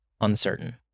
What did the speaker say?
uncertain